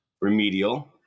remedial